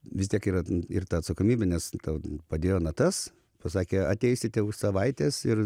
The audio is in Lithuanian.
vis tiek yra ir ta atsakomybė nes tau padėjo natas pasakė ateisite už savaitės ir